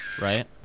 right